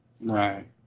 Right